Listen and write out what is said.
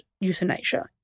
euthanasia